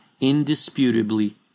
indisputably